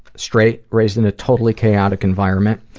straight, raised in a totally chaotic environment,